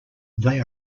they